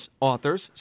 authors